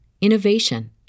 innovation